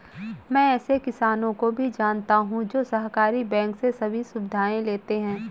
मैं ऐसे किसानो को भी जानता हूँ जो सहकारी बैंक से सभी सुविधाएं लेते है